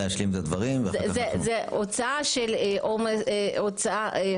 אם היו מחזירים את ההוצאה עבור ההסעה